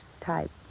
type